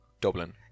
Dublin